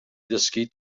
ddysgu